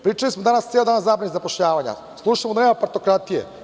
Pričali smo danas ceo dan o zabrani zapošljavanja, slušamo da nema partokratije.